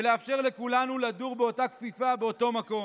ולאפשר לכולנו לדור בכפיפה אחת באותו מקום.